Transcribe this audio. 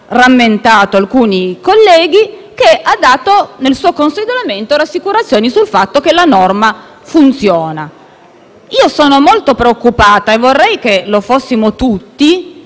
che, nel suo consolidamento, ha dato rassicurazioni sul fatto che la norma funziona. Io sono molto preoccupata - e vorrei che lo fossimo tutti, anche chi propone